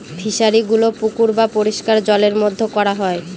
ফিশারিগুলো পুকুর বা পরিষ্কার জলের মধ্যে করা হয়